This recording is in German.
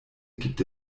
gibt